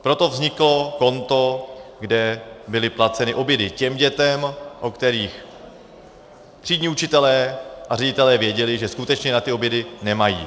Proto vzniklo konto, kde byly placeny obědy těm dětem, o kterých třídní učitelé a ředitelé věděli, že skutečně na ty obědy nemají.